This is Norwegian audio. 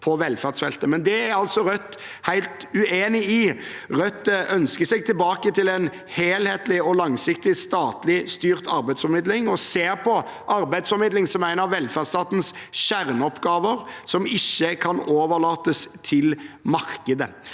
det er altså Rødt helt uenig i. Rødt ønsker seg tilbake til en helhetlig og langsiktig statlig styrt arbeidsformidling og ser på arbeidsformidling som en av velferdsstatens kjerneoppgaver som ikke kan overlates til mar